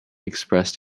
expressed